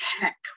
heck